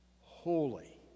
holy